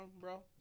bro